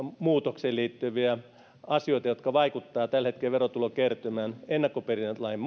muutokseen liittyviä asioita jotka vaikuttavat tällä hetkellä verotulokertymään ennakkoperintälain